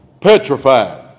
petrified